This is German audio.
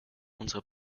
unsere